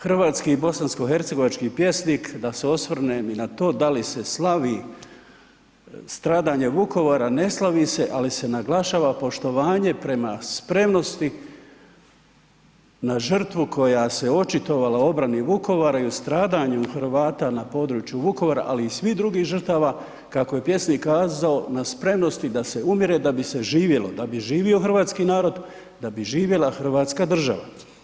Hrvatski i bosansko-hercegovački pjesnik da se osvrnem i na to da li se slavi stradanje Vukovara, ne slavi se ali se naglašava poštovanje prema spremnosti na žrtvu koja se očitovala u obrani Vukovara i u stradanju Hrvata na području Vukovara ali i svih drugih žrtava kao je pjesnik kazao na spremnosti da se umire da bi se živjelo, da bi živio hrvatski narod, da bi živjela Hrvatska država.